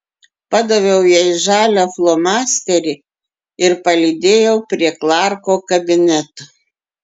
padaviau jai žalią flomasterį ir palydėjau prie klarko kabineto